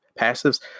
Passives